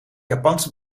japanse